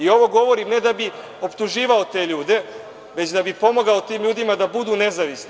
Ovo govorim ne da bih optuživao te ljude, već da bih pomogao tim ljudima da budu nezavisni.